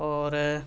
اور